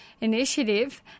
initiative